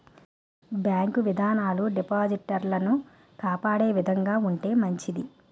bank విధానాలు డిపాజిటర్లను కాపాడే విధంగా ఉంటే మంచిది